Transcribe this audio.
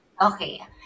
Okay